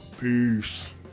peace